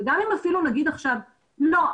וגם אם אפילו נגיד עכשיו: לא,